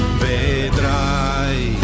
vedrai